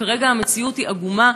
וכרגע המציאות היא עגומה,